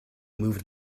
moved